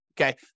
okay